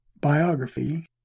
biography